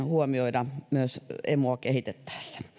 huomioida myös emua kehitettäessä